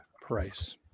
Price